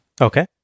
Okay